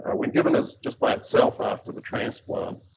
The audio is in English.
ah when given as just by itself after the transplant,